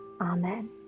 amen